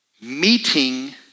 meeting